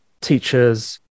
teachers